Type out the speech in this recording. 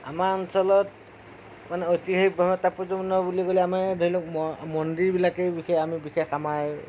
আমাৰ অঞ্চলত মানে ঐতিহাসিকভাৱে তাৎপৰ্যপূৰ্ণ বুলি ক'লে আমি ধৰি লওঁক মন্দিৰবিলাকেই বিশেষ আমি বিশেষ আমাৰ